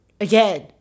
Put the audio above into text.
again